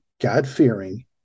God-fearing –